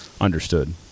understood